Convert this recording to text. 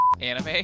anime